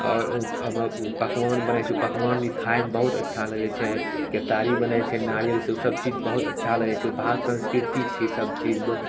आओर उ अगर उ पकबान बनय छै उ पकवान भी खाइमे बहुत अच्छा लगय छै केतारी बनय छै नारियलसँ उ सब चीज बहुत अच्छा लगय छै उ महा संस्कृति छियै ई सब चीजमे